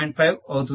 5 అవుతుంది